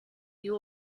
you